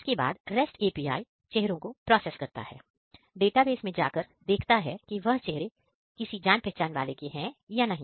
उसके बाद REST API चेहरों को प्रोसेस करता है और डेटाबेस मैं जा कर देखता है कि वह चेहरा की सी जान पहचान वाले का है या नहीं